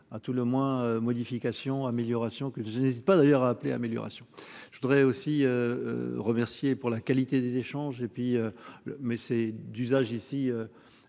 À tout le moins modifications améliorations que je n'sais pas d'ailleurs à appeler amélioration. Je voudrais aussi. Remercier pour la qualité des échanges et puis. Mais c'est d'usage ici